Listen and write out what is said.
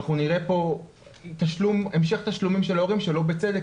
ואנחנו נראה פה המשך תשלומים של ההורים שלא בצדק,